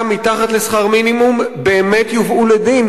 בשכר מתחת לשכר המינימום באמת יובאו לדין,